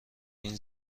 این